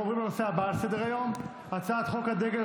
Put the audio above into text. אנחנו עוברים לנושא הבא על סדר-היום: הצעת חוק הדגל,